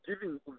giving